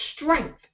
strength